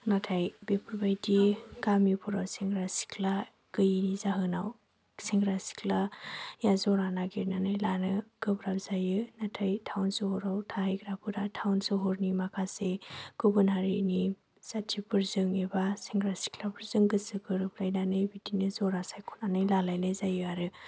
नाथाय बेफोरबायदि गामिफोराव सेंग्रा सिख्ला गैयिनि जाहोनाव सेंग्रा सिख्लाया जरा नागिरनानै लानो गोब्राब जायो नाथाय थावन सोहोराव थाहैग्राफोरा थावन सोहोरनि माखासे गुबुन हारिनि जाथिफोरजों एबा सेंग्रा सिख्लाफोरजों गोसो गोरोबलायनानै बिदिनो जरा सायख'नानै लालायनाय जायो आरो